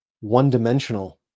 one-dimensional